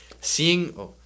seeing